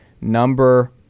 number